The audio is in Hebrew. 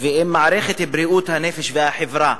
ואם מערכת בריאות הנפש והחברה,